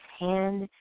hand